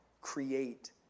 create